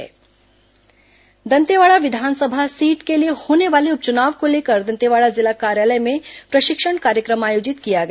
उप चुनाव प्रशिक्षण दंतेवाड़ा विधानसभा सीट के लिए होने वाले उप चुनाव को लेकर दंतेवाड़ा जिला कार्यालय में प्रशिक्षण कार्यक्रम आयोजित किया गया